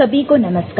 सभी को नमस्कार